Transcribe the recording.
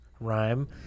Rhyme